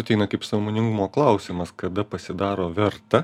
ateina kaip sąmoningumo klausimas kada pasidaro verta